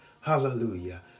Hallelujah